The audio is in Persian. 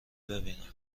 ببینند